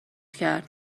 کرد